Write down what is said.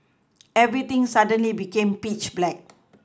everything suddenly became pitch black